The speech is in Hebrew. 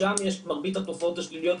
שם יש את מרבית התופעות השליליות,